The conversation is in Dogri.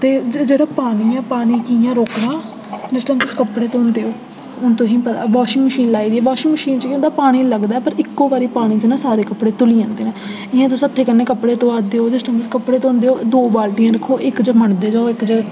ते जेह्ड़ा पानी ऐ पानी कि'यां रोकना जिस टैम तुस कपड़े धोंदे ओ हून तुसें ई पता ऐ वाशिंग मशीन लाई दी ऐ वाशिंग मशीन च केह् होंदा कि पानी लगदा पर इक्को बारी पानी च ना सारे कपड़े धुली जंदे इ'यां तुस हत्थै कन्नै कपड़े धोआ दे ओ जिस टैम तुस कपड़े धोंदे ओ दो बाल्टियां रक्खो इक च मंडदे जाओ इक च